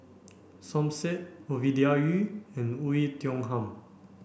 Som Said Ovidia Yu and Oei Tiong Ham